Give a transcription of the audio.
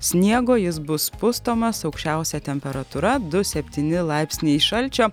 sniego jis bus pustomas aukščiausia temperatūra du septyni laipsniai šalčio